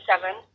seven